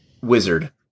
Wizard